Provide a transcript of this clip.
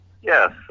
Yes